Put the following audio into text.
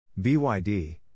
BYD